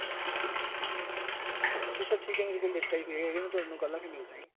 ਠੀਕ ਠੀਕ ਐ ਸਰ ਚਲੋ ਸਰ ਠੀਕ ਹੈ ਮੇਰੇ ਕੋਲ ਲਿਸਟ ਆਈ ਹੋਈ ਮੈਂ ਤੁਹਾਨੂੰ ਕੱਲ ਆ ਕੇ ਮਿਲਦਾ ਜੀ